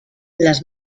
les